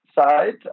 side